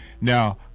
now